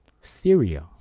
syria